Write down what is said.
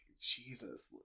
Jesus